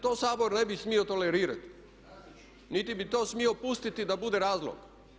To Sabor ne bi smio tolerirati niti bi to smio pustiti da bude razlog.